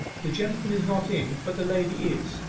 the gentleman is not in, but the lady is.